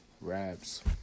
raps